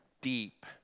deep